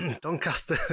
Doncaster